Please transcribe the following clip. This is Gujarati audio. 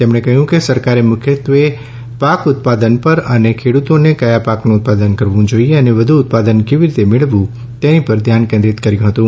તેમણે કહ્યું કે સરકારે મુખ્યત્વે પાક ઉત્પાદન પર અને ખેડુતોએ કથા પાકનું ઉત્પાદન કરવું જોઈએ અને વધુ ઉત્પાદન કેવી રીતે મેળવવું એની પર ધ્યાન કેન્દ્રિત કર્યું હતું